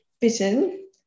bitten